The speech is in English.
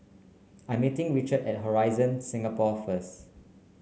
I'm meeting Richard at Horizon Singapore first